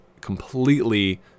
completely